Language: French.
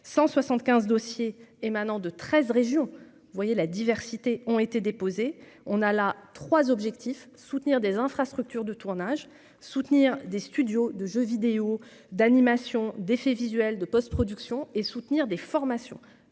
175 dossiers émanant de 13 régions, vous voyez la diversité ont été déposées, on a la trois objectif : soutenir des infrastructures de tournage soutenir des studios de jeux vidéos d'animation d'effets visuels de post-production et soutenir des formations